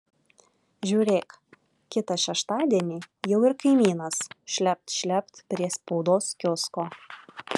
žiūrėk kitą šeštadienį jau ir kaimynas šlept šlept prie spaudos kiosko